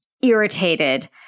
irritated